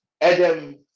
Adam